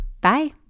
Bye